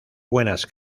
buenas